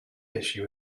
issue